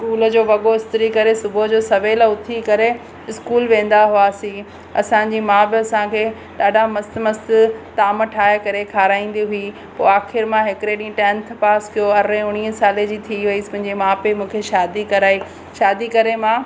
school जो वॻो इस्त्री करे सुबूह जो सवेलु उथी करे स्कूल वेंदा हुआसीं असांजी माउ बि असांखे ॾाढा मस्तु मस्तु ताम ठाहे करे खाराईंदी हुई पोइ आख़िरि मां हिकड़े ॾींंहुं टेंथ पास कयो अरिड़हं उणिवीह साले जी थी वयसि मुंंहिंजे माउ पीउ मूंखे शादी कराई शादी करे मां